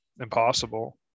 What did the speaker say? impossible